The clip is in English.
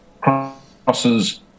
crosses